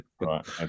Right